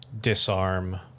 disarm